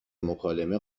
مکالمه